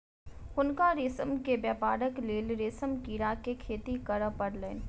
हुनका रेशम के व्यापारक लेल रेशम कीड़ा के खेती करअ पड़लैन